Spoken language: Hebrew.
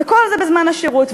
וכל זה בזמן השירות.